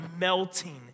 melting